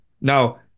Now